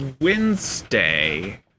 Wednesday